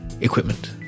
equipment